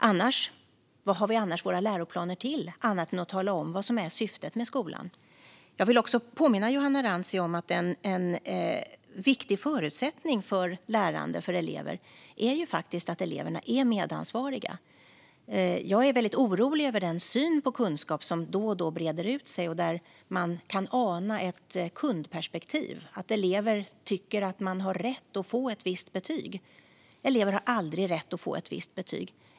Vad har vi annars våra läroplaner till annat än att tala om vad som är syftet med skolan? Jag vill också påminna Johanna Rantsi om att en viktig förutsättning för elevers lärande faktiskt är att eleverna är medansvariga. Jag är orolig över den syn på kunskap som då och då breder ut sig. Man kan ana ett kundperspektiv. Elever tycker att de har rätt att få ett visst betyg. Elever har aldrig rätt att få ett visst betyg.